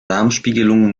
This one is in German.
darmspiegelung